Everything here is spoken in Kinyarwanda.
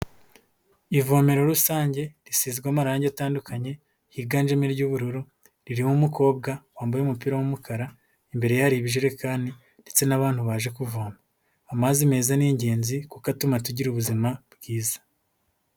Ivomero rusange risizwe amarangi atandukanye higanjemo iry'ubururu ririmo umukobwa wambaye umupira w'umukara, imbere ye hari ibijerekani ndetse n'abantu baje kuvoma, amazi meza ni ingenzi kuko atuma tugira ubuzima bwiza.